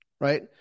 right